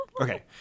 Okay